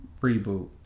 reboot